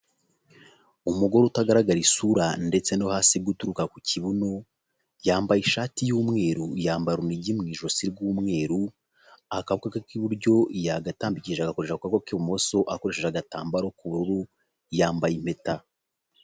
Umugore utagaragara isura ndetse no hasi guturuka ku kibuno, yambaye ishati y'umweru, yambara urugi mu ijosi ry'umweru, akaboko ke k'iburyo yagatambikishije agakoresha ku kaboko k'ibumoso akoresheje agatambaro k'ubururu, yambaye impeta.